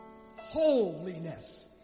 Holiness